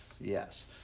Yes